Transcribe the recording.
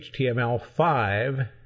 HTML5